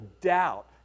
doubt